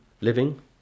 living